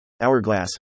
Hourglass